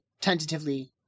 tentatively